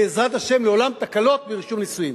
בעזרת השם, לעולם תקלות ברישום נישואים.